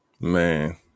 Man